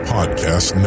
Podcast